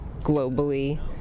globally